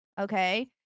Okay